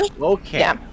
Okay